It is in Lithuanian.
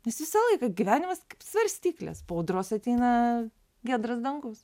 nes visą laiką gyvenimas kaip svarstyklės po audros ateina giedras dangus